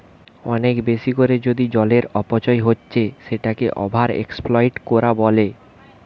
অনেক বেশি কোরে যদি জলের অপচয় হচ্ছে সেটাকে ওভার এক্সপ্লইট কোরা বলে